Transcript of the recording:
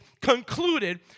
concluded